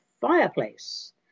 fireplace